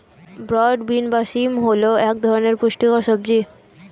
broad bean বা শিম হল এক ধরনের পুষ্টিকর সবজি